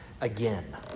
again